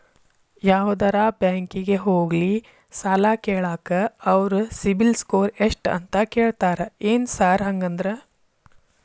ಯಾವದರಾ ಬ್ಯಾಂಕಿಗೆ ಹೋಗ್ಲಿ ಸಾಲ ಕೇಳಾಕ ಅವ್ರ್ ಸಿಬಿಲ್ ಸ್ಕೋರ್ ಎಷ್ಟ ಅಂತಾ ಕೇಳ್ತಾರ ಏನ್ ಸಾರ್ ಹಂಗಂದ್ರ?